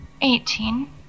eighteen